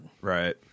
Right